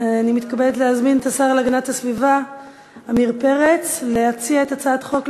24 חברי כנסת בעד, אין מתנגדים.